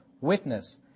witness